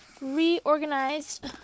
reorganized